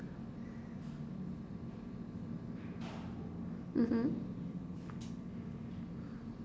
mmhmm